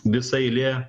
visa eilė